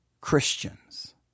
Christians